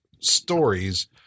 stories